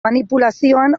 manipulazioan